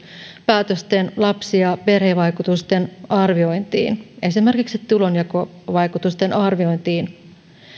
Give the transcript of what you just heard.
päätösten lapsi ja perhevaikutusten arviointiin esimerkiksi tulonjakovaikutusten arviointiin